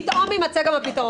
פתאום יימצא גם הפתרון.